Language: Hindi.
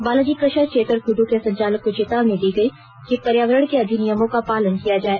बालाजी क्रशर चेतर कुड़ू के संचालक को चेतावनी दी गई कि पर्यावरण के अधिनियमों का पालन किया जाय